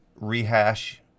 rehash